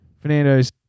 Fernando's